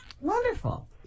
Wonderful